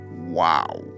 Wow